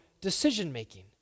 decision-making